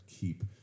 keep